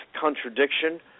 contradiction